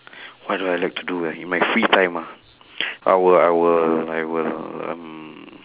what do I like to do ah in my free time ah I will I will I will um